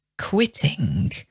quitting